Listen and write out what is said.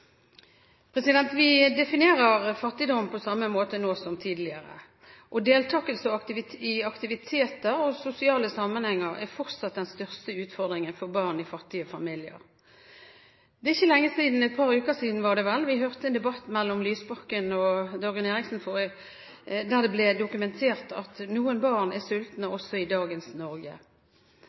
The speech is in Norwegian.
Vi definerer fattigdom på samme måte nå som tidligere, og deltakelse i aktiviteter og sosiale sammenhenger er fortsatt den største utfordringen for barn i fattige familier. For ikke lenge siden – det var vel for et par uker siden – hørte vi en debatt mellom Lysbakken og Dagrun Eriksen, der det ble dokumentert at noen barn er sultne også i dagens Norge.